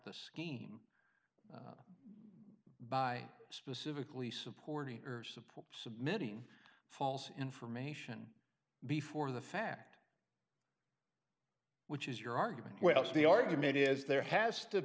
the scheme by specifically supporting or support submitting false information before the fact which is your argument with the argument is there has to